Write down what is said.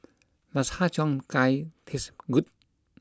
does Har Cheong Gai taste good